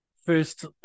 First